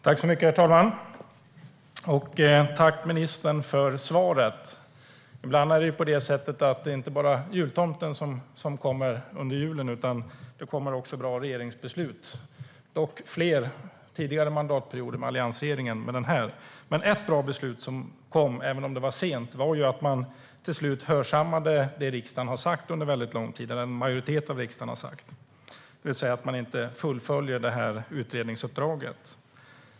Herr talman! Tack, ministern, för svaret! Ibland är det inte bara jultomten som kommer under julen, utan det kommer också bra regeringsbeslut - dock fler under tidigare mandatperioder med alliansregeringen än under den här. Ett bra beslut som kom, även om det var sent, var att man till slut hörsammade det en majoritet i riksdagen har sagt under en väldigt lång tid, det vill säga att man inte ska fullfölja utredningsuppdraget.